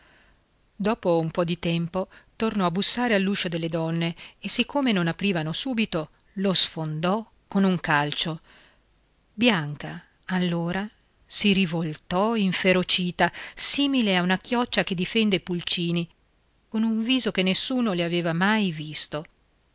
dopo un po di tempo tornò a bussare all'uscio delle donne e siccome non aprivano subito lo sfondò con un calcio bianca allora si rivoltò inferocita simile a una chioccia che difende i pulcini con un viso che nessuno le aveva mai visto